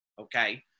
Okay